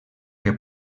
que